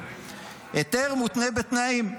היתר מותנה בתנאים,